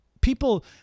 people